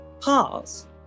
pause